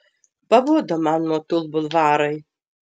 pabodo man motul bulvarai